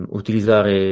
utilizzare